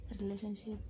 relationship